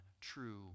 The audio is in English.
true